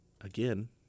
again